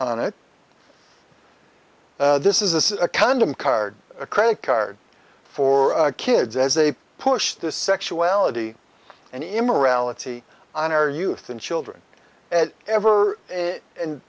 on it this is a condom card a credit card for kids as they push the sexuality and immorality on our youth and children ever